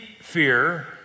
Fear